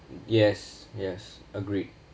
yes yes agreed